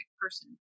person